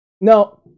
No